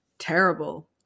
Terrible